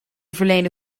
verleende